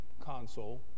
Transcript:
console